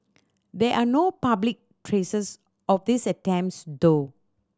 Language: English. there are no public traces of these attempts though